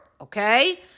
okay